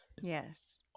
yes